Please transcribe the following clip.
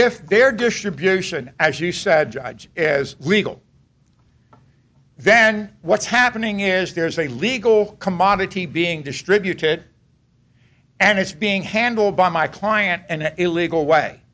if their distribution as you said judge is legal then what's happening is there's a legal commodity being distributed and it's being handled by my client and illegal way